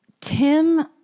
Tim